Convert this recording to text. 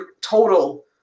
total